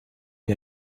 der